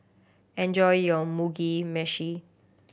enjoy your Mugi Meshi